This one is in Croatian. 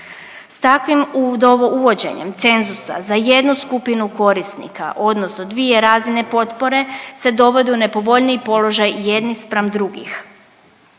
Sa takvim uvođenjem cenzusa za jednu skupinu korisnika odnosno dvije razine potpore se dovodi u nepovoljniji položaj jedni spram drugih.